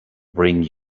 bring